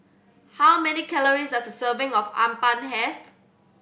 how many calories does a serving of appam have